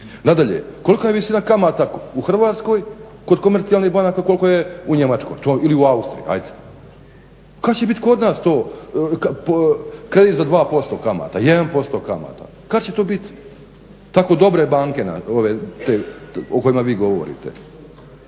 Nadalje, kolika je visina kamata u Hrvatskoj kod komercijalnih banaka, koliko je u Njemačkoj ili u Austriji, ajde? Kad će biti kod nas to? Kredit za 2% kamata, 1% kamata. Kad će to biti tako dobre banke o kojima vi govorite?